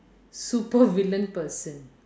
super villain person